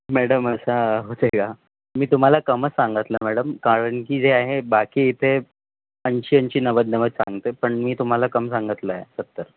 madam असा होते का मी तुम्हाला कमच सांगितलं मॅडम कारण की जे आहे बाकी ते ऐंशी ऐंशी नव्वद नव्वद सांगते पण मी तुम्हाला कम सांगितलं आहे सत्तर